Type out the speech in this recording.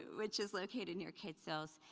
which is located near quetzil's,